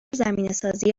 زمینهسازی